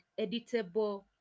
editable